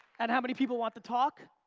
and how many people want the talk?